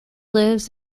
lives